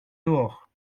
dehors